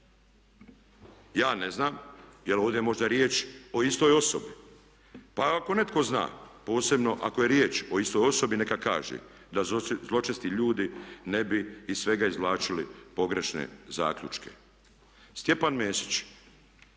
Ja ne znam, je li ovdje možda riječ o istoj osobi? Pa ako netko zna, posebno ako je riječ o istoj osobi neka kaže da zločesti ljudi ne bi iz svega izvlačili pogrešne zaključke. Stjepan Mesić